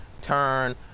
turn